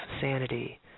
sanity